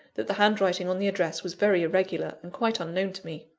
that the handwriting on the address was very irregular, and quite unknown to me.